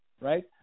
right